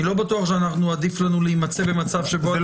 אני לא בטוח שעדיף לנו להימצא במצב -- אני